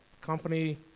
company